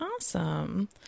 Awesome